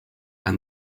and